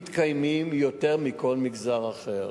הם מתקיימים יותר מבכל מגזר אחר.